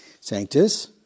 Sanctus